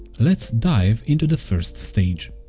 let's dive into the first stage.